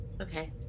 Okay